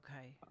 Okay